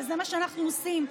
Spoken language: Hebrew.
וזה מה שאנחנו עושים.